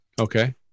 okay